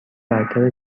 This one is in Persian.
برتر